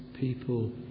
people